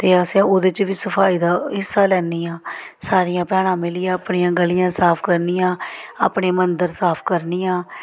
ते असें ओह्दे च बी सफाई दा हिस्सा लैन्नी आं सारियां भैनां मिलियै अपनियां गलियां साफ करनियां अपने मंदर साफ करनियांं